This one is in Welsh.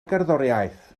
gerddoriaeth